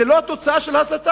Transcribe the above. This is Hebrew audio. זאת לא תוצאה של הסתה.